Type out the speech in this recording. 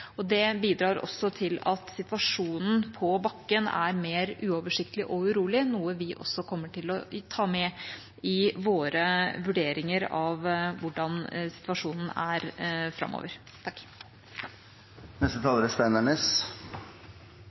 drept. Det bidrar til at situasjonen på bakken er mer uoversiktlig og urolig, noe vi også kommer til å ta med i våre vurderinger av hvordan situasjonen er framover.